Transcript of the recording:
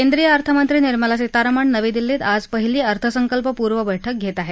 केंद्रीय अर्थमंत्री निर्मला सीतारामन नवी दिल्लीत आज पहिली अर्थसंकल्पपूर्व बैठक घेत आहेत